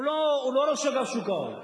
הוא לא ראש אגף שוק ההון,